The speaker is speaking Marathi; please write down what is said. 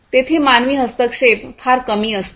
तेथे मानवी हस्तक्षेप फार कमी असतो